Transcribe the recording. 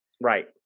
Right